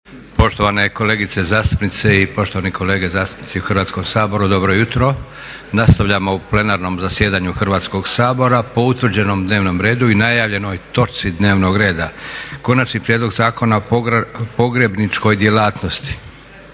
Poštovane kolegice zastupnice i poštovani kolege zastupnici u Hrvatskom saboru, dobro jutro. Nastavljamo u plenarnom zasjedanju Hrvatskog sabora po utvrđenom dnevnom redu i najavljenoj točci dnevnog reda - Konačni prijedlog zakona o pogrebničkoj djelatnosti,